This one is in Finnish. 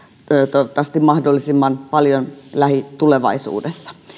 toivottavasti mahdollisimman paljon lähitulevaisuudessa